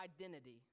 identity